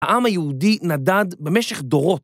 העם היהודי נדד במשך דורות.